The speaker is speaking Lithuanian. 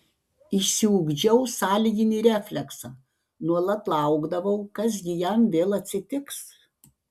išsiugdžiau sąlyginį refleksą nuolat laukdavau kas gi jam vėl atsitiks